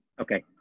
Okay